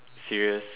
serious